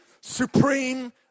supreme